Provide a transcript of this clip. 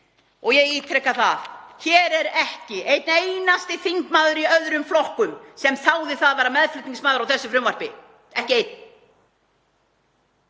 Ég ítreka að það var ekki einn einasti þingmaður í öðrum flokkum sem þáði það að vera meðflutningsmaður á þessu frumvarpi, ekki einn.